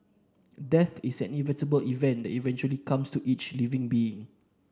death is an inevitable event that eventually comes to each living being